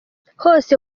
hose